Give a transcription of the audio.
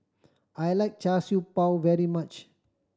I like Char Siew Bao very much